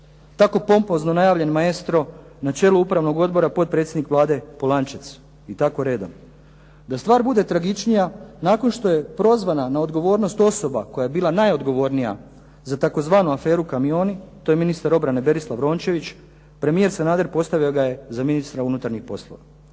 Tako pompozno najavljen "Maestro", na čelu upravnog odbora potpredsjednik Vlade Polančec, i tako redom. Da stvar bude tragičnija, nakon što je prozvana na odgovornost osoba koja je bila najodgovornija za tzv. aferu "Kamioni", to je ministar obrane Berislav Rončević, premijer Sanader postavio ga je za ministra unutarnjih poslova.